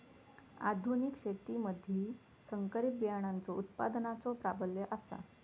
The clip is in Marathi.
आधुनिक शेतीमधि संकरित बियाणांचो उत्पादनाचो प्राबल्य आसा